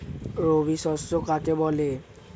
রবি শস্য কাকে বলে?